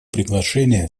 приглашение